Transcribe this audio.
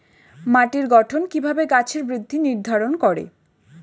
মাটির গঠন কিভাবে গাছের বৃদ্ধি নির্ধারণ করে?